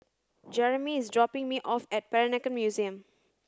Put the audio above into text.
Jeremy is dropping me off at Peranakan Museum